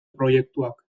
proiektuak